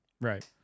Right